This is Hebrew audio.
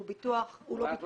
ואת משלימה,